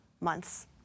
months